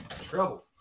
trouble